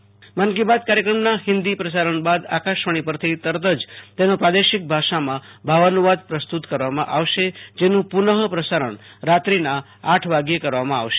મન કી બાત કાર્યક્રમના હિન્દી પ્રસારણ બાદ આકાશવાણી પરથી તરત જ તેનો પ્રાદેશિક ભાષામાં ભાવાનુવાદ પ્રસ્તુત કરવામાં આવશે જેનું પુનઃપ્રસારણ રાત્રિના આઠ વાગ્યે કરવામાં આવશે